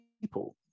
people